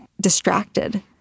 distracted